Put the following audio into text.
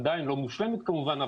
עדיין לא מושלמת כמובן,